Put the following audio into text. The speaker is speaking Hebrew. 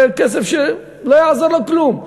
זה כסף שלא יעזור לו כלום.